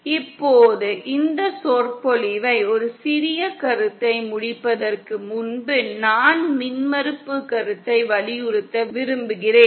இப்போது இந்த சொற்பொழிவை ஒரு சிறிய கருத்தை முடிப்பதற்கு முன்பு நான் மின்மறுப்பு கருத்தை வலியுறுத்த விரும்புகிறேன்